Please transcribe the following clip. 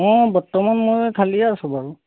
অঁ বৰ্তমান মই খালীয়েই আছোঁ বাৰু